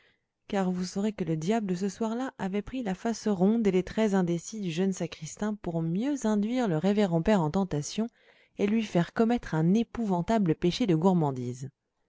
car vous saurez que le diable ce soir-là avait pris la face ronde et les traits indécis du jeune sacristain pour mieux induire le révérend père en tentation et lui faire commettre un épouvantable péché de gourmandise